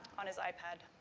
on his ipad.